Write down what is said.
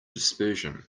dispersion